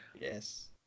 Yes